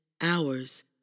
hours